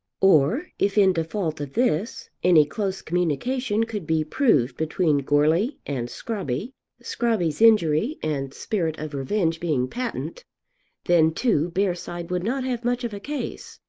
or, if in default of this, any close communication could be proved between goarly and scrobby scrobby's injury and spirit of revenge being patent then too bearside would not have much of a case.